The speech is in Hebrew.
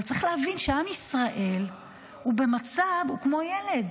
צריך להבין שעם ישראל הוא כמו ילד